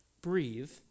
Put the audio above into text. breathe